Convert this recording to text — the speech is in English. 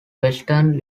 western